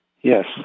Yes